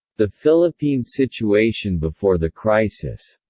the philippine situation before the crisis